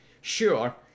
Sure